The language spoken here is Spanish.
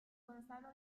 gonzalo